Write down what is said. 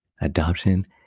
adoption